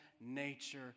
nature